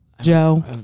Joe